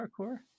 parkour